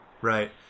right